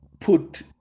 put